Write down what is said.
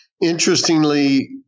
Interestingly